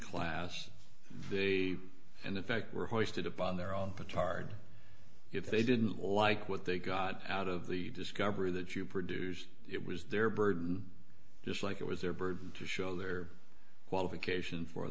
class a and in fact were hoisted upon their own petard if they didn't like what they got out of the discovery that you produced it was their burden just like it was their burden to show their qualification for